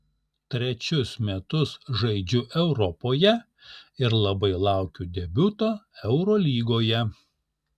trečius metus žaidžiu europoje ir labai laukiu debiuto eurolygoje